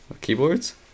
Keyboards